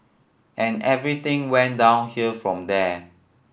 and everything went downhill from there